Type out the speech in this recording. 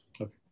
Okay